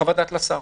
חוות דעת לשר.